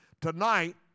tonight